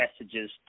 messages